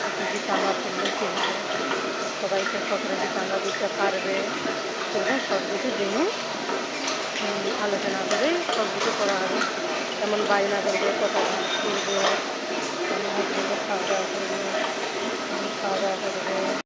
প্রত্যেকে চাঁদা তুললে কি হবে সবাইকে কতটা কি চাঁদা দিতে পারবে সেরকম সব কিছু জেনে আলোচনা করে সব কিছু করা হবে কেমন বাজনা করবে কটা ঢাক করবে কেমন খাওয়া দাওয়া করবো কেমন খাওয়া দাওয়া করবে